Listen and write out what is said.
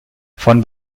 von